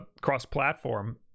cross-platform